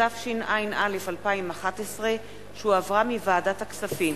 התשע"א 2011, שהחזירה ועדת הכספים,